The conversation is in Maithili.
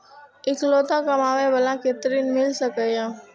इकलोता कमाबे बाला के ऋण मिल सके ये?